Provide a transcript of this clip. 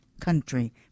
country